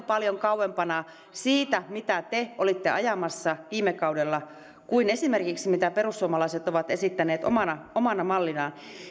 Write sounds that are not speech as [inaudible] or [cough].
[unintelligible] paljon kauempana sitä mitä te olitte ajamassa viime kaudella kuin esimerkiksi sitä mitä perussuomalaiset ovat esittäneet omana omana mallinaan